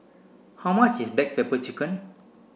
how much is back pepper chicken